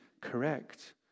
correct